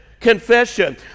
Confession